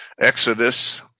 Exodus